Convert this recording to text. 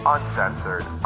Uncensored